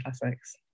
classics